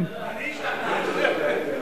אני השתכנעתי.